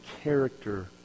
character